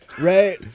Right